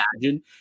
imagine